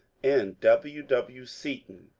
and w. w. seaton,